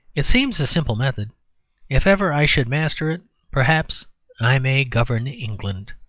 it seems a simple method if ever i should master it perhaps i may govern england.